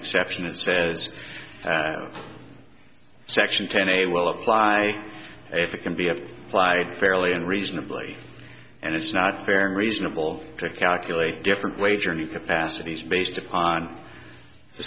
exception that says section ten a will apply if it can be a lie fairly and reasonably and it's not fair and reasonable to calculate different wage or new capacities based upon the